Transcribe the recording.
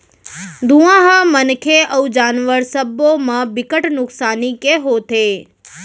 धुंआ ह मनखे अउ जानवर सब्बो म बिकट नुकसानी के होथे